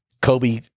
Kobe